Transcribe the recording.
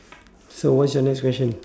so what's your next question